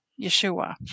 Yeshua